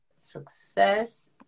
Success